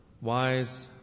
wise